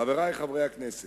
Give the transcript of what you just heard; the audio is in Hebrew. חברי חברי הכנסת,